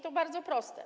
To bardzo proste.